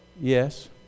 yes